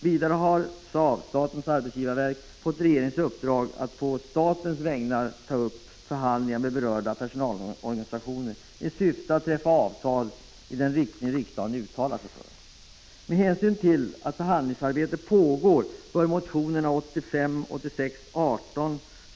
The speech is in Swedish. Vidare har SAV, statens arbetsgivarverk, fått regeringens uppdrag att på statens vägnar ta upp förhandlingar med berörda personalorganisationer i syfte att träffa avtal i den riktning riksdagen uttalat sig för. Fru talman!